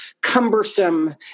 cumbersome